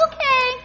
Okay